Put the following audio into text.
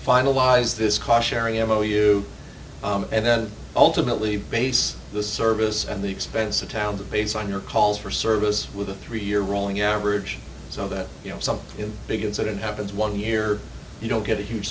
finalize this cautionary m o you and then ultimately base the service and the expense of town the base on your calls for service with a three year rolling average so that you know something big incident happens one year you don't get a huge